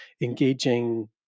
engaging